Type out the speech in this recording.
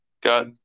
Got